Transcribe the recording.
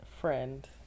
friend